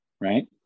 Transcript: right